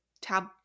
tab